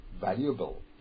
valuable